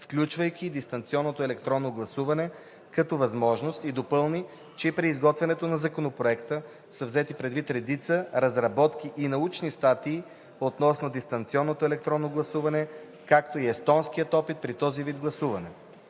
включвайки дистанционното електронно гласуване като възможност, и допълни, че при изготвянето на Законопроекта са взети предвид редица разработки и научни статии относно дистанционното електронно гласуване, както и естонския опит при този вид гласуване.